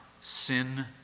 sin